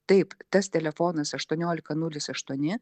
taip tas telefonas aštuoniolika nulis aštuoni